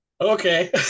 okay